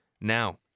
Now